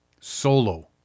solo